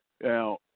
Now